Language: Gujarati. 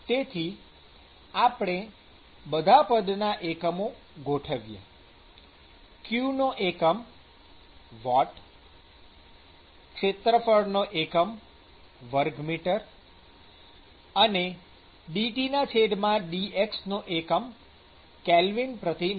તેથી આપણે બધા પદના એકમો ગોઠવીએ q નો એકમ વોટ ક્ષેત્રફળ નો એકમ મી૨ અને dTdx નો એકમ કેલ્વિનમી